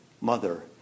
mother